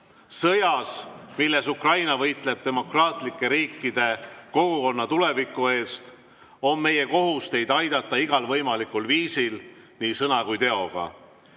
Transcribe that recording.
Sõjas, milles Ukraina võitleb demokraatlike riikide kogukonna tuleviku eest, on meie kohus teid aidata igal võimalikul viisil, nii sõna kui ka teoga.